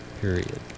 Period